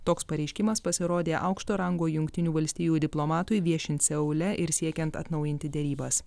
toks pareiškimas pasirodė aukšto rango jungtinių valstijų diplomatui viešint seule ir siekiant atnaujinti derybas